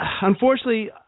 unfortunately